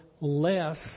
less